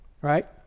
right